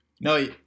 No